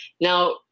now